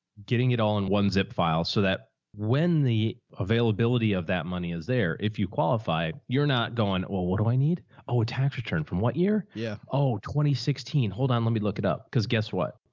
getting it all in one zip file so that when the availability of that money is there, if you qualify, you're not going, well, what do i need? oh, a tax return from what year? yeah oh, two sixteen hold on, let me look it up. cause guess what?